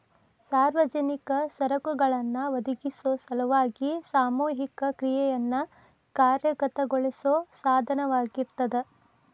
ಸಾರ್ವಜನಿಕ ಸರಕುಗಳನ್ನ ಒದಗಿಸೊ ಸಲುವಾಗಿ ಸಾಮೂಹಿಕ ಕ್ರಿಯೆಯನ್ನ ಕಾರ್ಯಗತಗೊಳಿಸೋ ಸಾಧನವಾಗಿರ್ತದ